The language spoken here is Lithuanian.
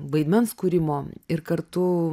vaidmens kūrimo ir kartu